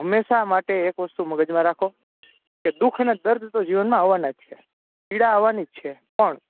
હંમેશા માટે એક વસ્તુ મગજમાં રાખો કે દૂુઃખને દર્દ તો જીવનમાં આવાના જ છે પીડા આવવાની જ છે પણ